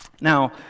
Now